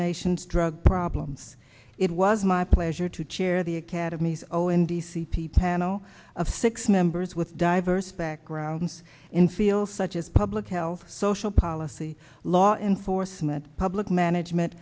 nation's drug problems it was my pleasure to chair the academy's o n d c p panel of six members with diverse backgrounds in feel such as public health social policy law enforcement public management